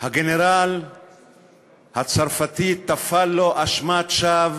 הגנרל הצרפתי טפל עליו אשמת שווא